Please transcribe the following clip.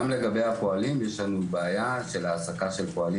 גם לגבי הפועלים יש לנו בעיה של העסקת פועלים